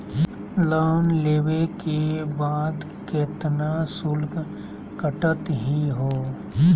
Loan लेवे के बाद केतना शुल्क कटतही हो?